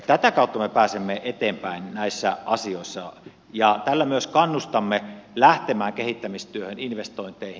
tätä kautta me pääsemme eteenpäin näissä asioissa ja tällä myös kannustamme lähtemään kehittämistyöhön investointeihin